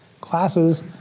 classes